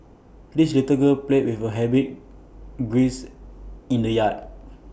the little girl played with her rabbit grace in the yard